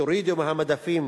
תורידו מהמדפים